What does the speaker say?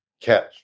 catch